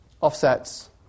offsets